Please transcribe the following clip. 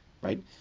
right